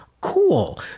cool